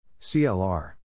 CLR